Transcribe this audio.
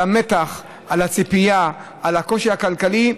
על המתח, על הציפייה, על הקושי הכלכלי,